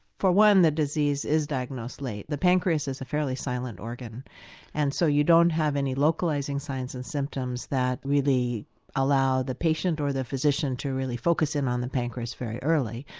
for one the disease is diagnosed late, the pancreas is a fairly silent organ and so you don't have any localising signs and symptoms that really allow the patient or the physician to really focus in on the pancreas very early.